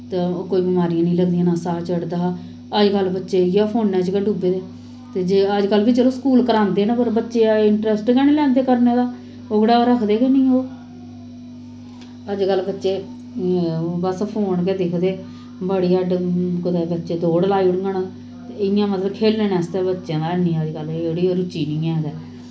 ते कोई बमारियां नेईं लगदियां हियां नां साह् चढ़दा हा अजकल्ल बच्चे इ'यां फोनैं च डुब्बे दे ते जे चलो अजकल्ल बी स्कूलैं च करांदे न पर बच्चे इंट्रस्ट गै नेईं लैंदे करने दा ओकड़ा रखदे गै नेईं ओह् अजकल्ल बस बच्चे फोन गै दिखदे बड़ी हद्द बच्चे कुदै दौड़ लाई ओड़ङन ते इ'यां मतलव खेलनै बास्तै नेईं अजकल्ल बच्चें दा रूची नेईं ऐ ते